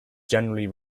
generally